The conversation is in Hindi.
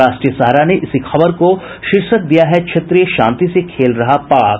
राष्ट्रीय सहारा ने इसी खबर को शीर्षक दिया है क्षेत्रीय शांति से खेल रहा है पाक